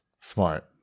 Smart